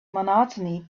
monotony